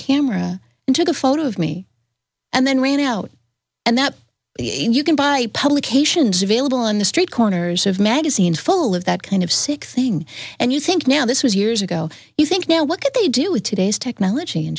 camera and took a photo of me and then ran out and that you can buy publications available on the street corners of magazines full of that kind of sick thing and you think now this was years ago you think now look at they do with today's technology in